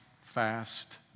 fast